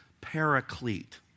paraclete